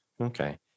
okay